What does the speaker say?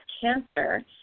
cancer